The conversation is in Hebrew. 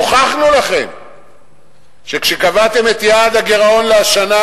הוכחנו לכם שכשקבעתם את יעד הגירעון לשנה